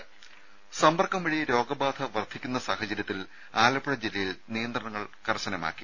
ദരര സമ്പർക്കം വഴി രോഗബാധ വർധിക്കുന്ന സാഹചര്യത്തിൽ ആലപ്പുഴ ജില്ലയിൽ നിയന്ത്രണങ്ങൾ കർശനമാക്കി